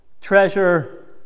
Treasure